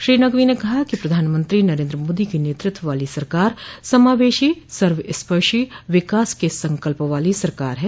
श्री नकवी ने कहा कि प्रधानमंत्री नरेन्द्र मोदी के नेतृत्व वाली सरकार समावेशी सर्वस्पर्शी विकास के संकल्प वाली सरकार है